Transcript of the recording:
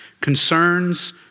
concerns